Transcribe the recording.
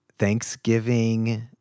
thanksgiving